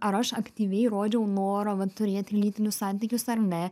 ar aš aktyviai rodžiau norą va turėti lytinius santykius ar ne